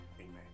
amen